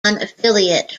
affiliate